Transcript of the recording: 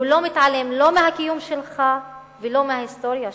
הוא לא מתעלם לא מהקיום שלך ולא מההיסטוריה שלך.